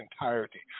entirety